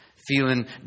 feeling